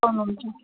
पाउनुहुन्छ